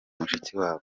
mushikiwabo